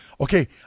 Okay